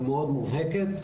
ומאוד מובהקת.